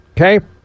Okay